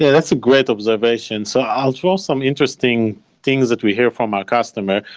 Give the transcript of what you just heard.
that's a great observation. so i'll throw some interesting things that we hear from our customer.